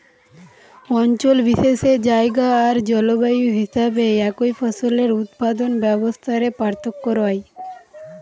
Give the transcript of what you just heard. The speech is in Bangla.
অঞ্চল বিশেষে জায়গা আর জলবায়ু হিসাবে একই ফসলের উৎপাদন ব্যবস্থা রে পার্থক্য রয়